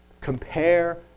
Compare